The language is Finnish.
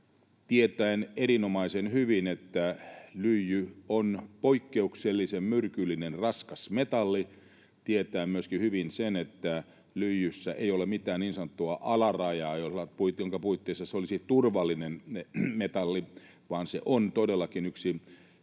tietäen erinomaisen hyvin, että lyijy on poikkeuksellisen myrkyllinen raskasmetalli, tietäen myöskin hyvin sen, että lyijyssä ei ole mitään niin sanottua alarajaa, jonka puitteissa se olisi turvallinen metalli, vaan se on todellakin yksi